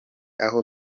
aho